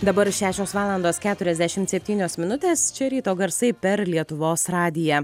dabar šešios valandos keturiasdešimt septynios minutės čia ryto garsai per lietuvos radiją